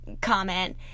comment